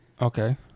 Okay